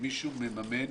שמישהו מממן